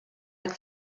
like